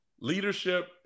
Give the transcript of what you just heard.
leadership